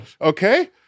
okay